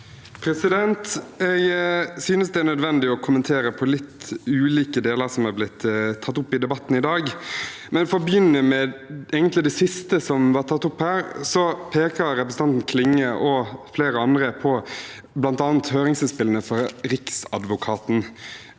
Jeg synes det er nødvendig å kommentere på litt ulike deler som er blitt tatt opp i debatten i dag. For å begynne med det siste som ble tatt opp her: Representanten Klinge og flere andre peker på bl.a. høringsinnspillene fra Riksadvokaten.